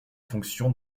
fonctions